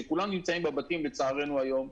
שכולם נמצאים בבתים לצערנו היום,